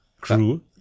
crew